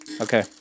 Okay